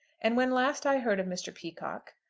and when last i heard of mr. peacocke,